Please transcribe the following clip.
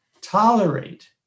tolerate